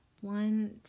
one